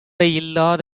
இல்லாத